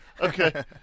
Okay